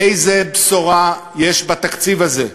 איזו בשורה יש בתקציב הזה?